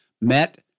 met